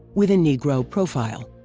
with a negro profile.